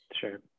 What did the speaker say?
Sure